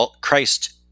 Christ